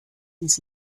ins